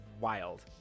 wild